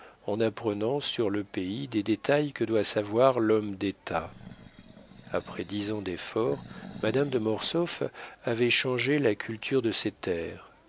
en apprenant sur le pays des détails que doit savoir l'homme d'état après dix ans d'efforts madame de mortsauf avait changé la culture de ses terres